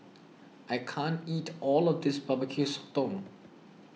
I can't eat all of this Barbecue Sotong